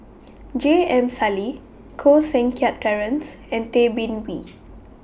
J M Sali Koh Seng Kiat Terence and Tay Bin Wee